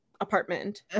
apartment